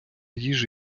їжа